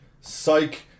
Psych